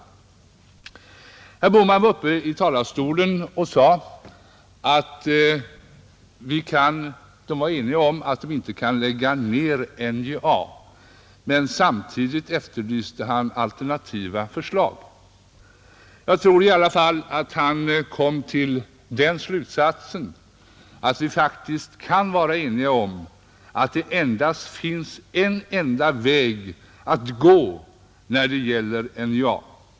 Herr Bohman var uppe i talarstolen och sade att det rådde enighet om att man inte kan lägga ned NJA. Samtidigt efterlyste han emellertid alternativa förslag. Jag tror i alla fall att han kom till den slutsatsen, som vi faktiskt kan vara eniga om, att det endast finns en väg att gå när det gäller NJA.